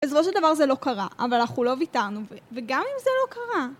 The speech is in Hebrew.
אז לא שדבר זה לא קרה, אבל אנחנו לא ויתרנו, וגם אם זה לא קרה...